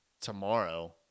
tomorrow